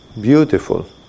Beautiful